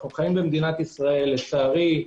לצערי,